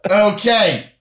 okay